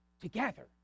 Together